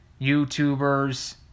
YouTubers